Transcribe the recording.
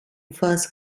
first